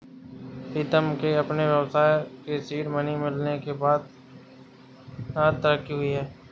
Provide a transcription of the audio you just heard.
प्रीतम के अपने व्यवसाय के सीड मनी मिलने के बाद तरक्की हुई हैं